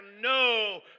no